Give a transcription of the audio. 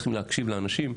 צריכים להקשיב לאנשים,